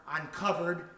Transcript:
uncovered